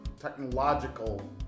technological